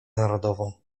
narodową